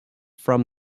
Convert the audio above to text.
from